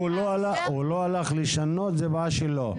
אם הוא לא שינה את כתובתו, זאת הבעיה שלו.